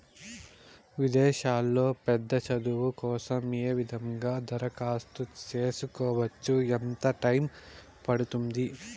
విదేశాల్లో పెద్ద చదువు కోసం ఏ విధంగా దరఖాస్తు సేసుకోవచ్చు? ఎంత టైము పడుతుంది?